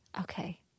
Okay